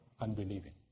unbelieving